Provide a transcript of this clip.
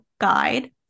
guide